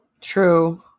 True